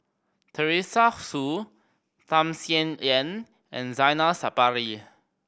Teresa Hsu Tham Sien Yen and Zainal Sapari